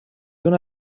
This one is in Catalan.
una